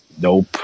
Nope